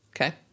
Okay